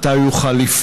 3. מתי הוא יחל לפעול?